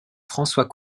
françois